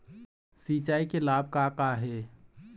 सिचाई के लाभ का का हे?